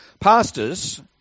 Pastors